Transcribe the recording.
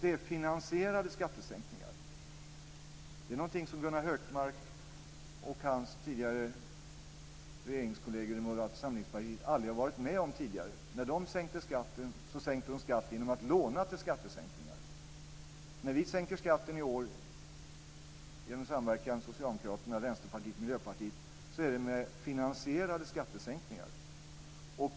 Det är finansierade skattesänkningar. Det är någonting som Gunnar Hökmark och hans tidigare regeringskolleger i Moderata samlingspartiet aldrig har varit med om tidigare. De sänkte skatten genom att låna till skattesänkningar. När vi sänker skatten i år genom samverkan mellan Socialdemokraterna, Vänsterpartiet och Miljöpartiet sker det genom finansierade skattesänkningar.